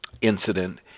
Incident